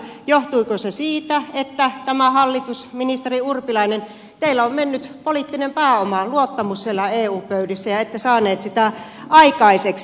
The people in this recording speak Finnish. johtuiko se siitä että tällä hallituksella ministeri urpilainen teillä on mennyt poliittinen pääoma luottamus siellä eu pöydissä ja ette saaneet sitä aikaiseksi